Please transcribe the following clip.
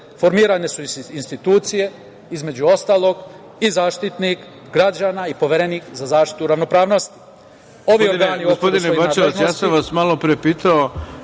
formirane su i institucije, između ostalog i Zaštitnik građana i Poverenik za zaštitu ravnopravnosti.